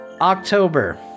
October